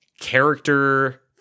character